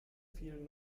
vielen